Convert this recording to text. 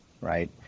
right